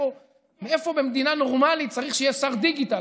מאיפה במדינה נורמלית צריך שיהיה שר דיגיטל,